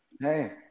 Hey